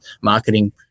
marketing